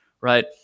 Right